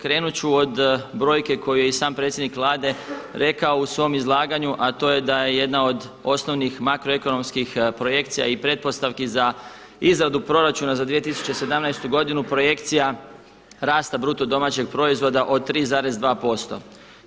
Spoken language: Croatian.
Krenut ću od brojke koju je i sam predsjednik Vlade rekao u svom izlaganju, a to je da je jedna od osnovnih makroekonomskih projekcija i pretpostavki za izradu proračuna za 2017. godinu projekcija rasta BDP-a od 3,2%